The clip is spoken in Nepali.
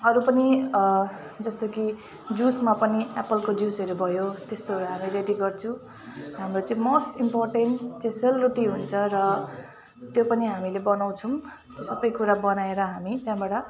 अरू पनि जस्तो कि जुसमा पनि एप्पलको जुसहरू भयो त्यस्तोहरू हामी रेडी गर्छौँ हाम्रो चाहिँ मोस्ट इम्पोर्टेन्ट चाहिँ सेलरोटी हुन्छ र त्यो पनि हामीले बनाउँछौँ त्यो सबै कुरा बनाएर हामी त्यहाँबाट